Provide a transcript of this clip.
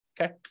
okay